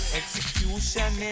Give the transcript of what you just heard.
execution